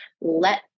let